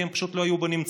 כי הן פשוט לא היו בנמצא.